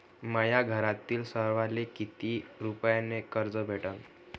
माह्या घरातील सर्वाले किती रुप्यान कर्ज भेटन?